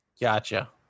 Gotcha